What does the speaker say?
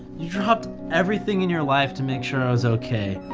you dropped everything in your life to make sure i was okay.